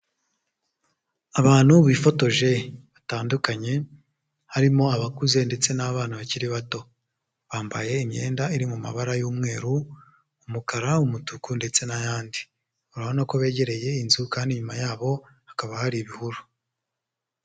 Abantu bifotoje batandukanye harimo abakuze ndetse n'abana bakiri bato, bambaye imyenda iri mu mabara y'umweru, umukara, umutuku ndetse n'ayandi, urabona ko begereye inzu kandi inyuma yabo hakaba hari ibihuru.